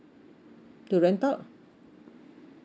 the rent out